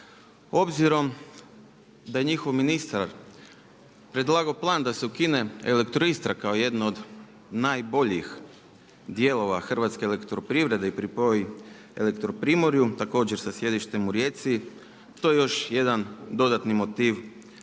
Obzirom da je njihov ministar predlagao plan da se ukine Elektroistra kao jedna od najboljih dijelova HEP-a i pripoji Elektroprimorju također sa sjedištem u Rijeci to je još jedan dodatni motiv zašto